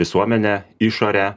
visuomenę išorę